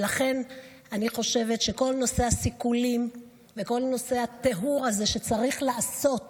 ולכן אני חושבת שכל נושא הסיכולים וכל נושא הטיהור הזה שצריך לעשות